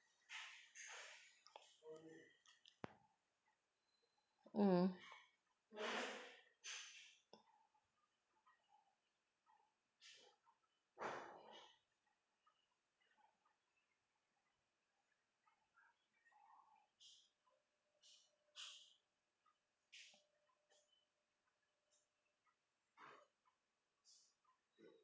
mm